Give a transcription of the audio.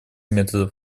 методов